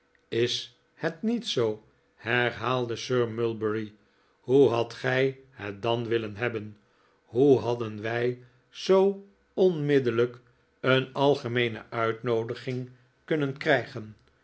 is het niet zoo herhaalde sir mulberry hoe hadt gij het dan willen hebben hoe hadden wij zoo onmiddellijk een algemeene uitnoodiging kunnen krijgen